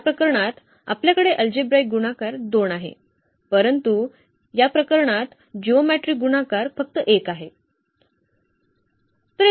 या प्रकरणात आपल्याकडे अल्जेब्राईक गुणाकार 2 आहे परंतु या प्रकरणात जिओमेट्रीक गुणाकार फक्त 1 आहे